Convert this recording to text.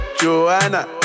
Joanna